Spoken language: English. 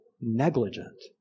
negligent